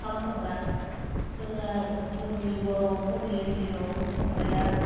ओंखाम संग्रा जोङो जोंनि बर'फोरनि गेजेराव ओंखाम संग्राया